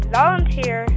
volunteer